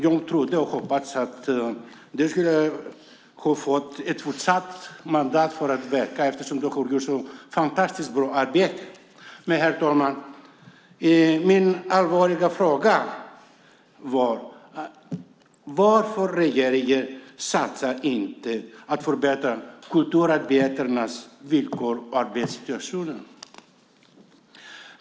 Jag trodde och hoppades att den skulle få ett fortsatt mandat att verka eftersom den har gjort ett så fantastiskt bra arbete. Min allvarliga fråga var följande: Varför satsar inte regeringen på att förbättra kulturarbetarnas villkor och arbetssituation?